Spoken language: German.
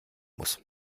muss